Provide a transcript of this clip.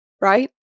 right